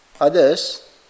others